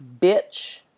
bitch